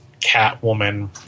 Catwoman